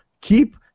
keep